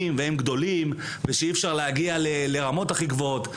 והם גדולים ושאי אפשר להגיע לרמות הכי גבוהות.